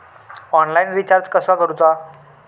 Online recharge कसा करूचा?